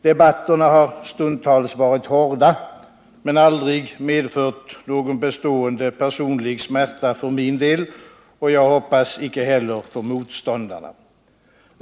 Debatterna har stundtals varit hårda men aldrig medfört någon bestående personlig smärta för min del och jag hoppas icke heller för motståndarna.